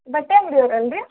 ಬಟ್ಟೆ ಅಂಗಡಿ ಅವ್ರು ಅಲ್ರಿ